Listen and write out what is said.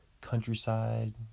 countryside